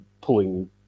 pulling